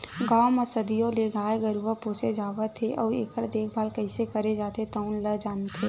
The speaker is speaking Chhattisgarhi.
गाँव म सदियों ले गाय गरूवा पोसे जावत हे अउ एखर देखभाल कइसे करे जाथे तउन ल जानथे